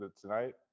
tonight